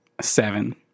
Seven